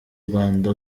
rwanda